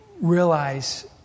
realize